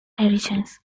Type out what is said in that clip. traditions